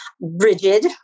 rigid